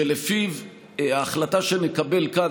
שלפיו ההחלטה שנקבל כאן,